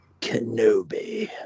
Kenobi